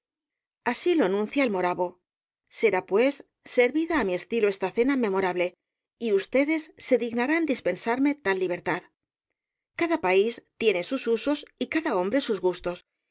así lo anuncia el moravo será pues servida á mi estilo esta cena memorable y ustedes se dignarán dispensarme tal libertad cada país tiene sus usos y cada hombre sus gustos